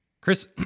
Chris